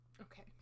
Okay